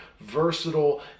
versatile